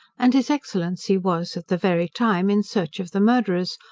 and his excellency was at the very time in search of the murderers,